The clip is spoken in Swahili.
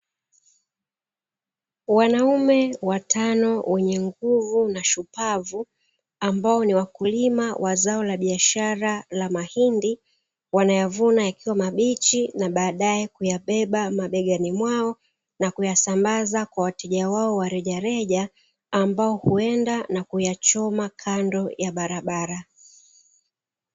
Wanaume watano wenye nguvu na shupavu, ambao ni wakulima wa zao la biashara la mahindi, wanayavuna yakiwa mabichi na baadae kuyabeba mabegani mwao na kuyasambaza kwa wateja wao wa rejareja, ambao huenda na kuyachoma kando ya barabara.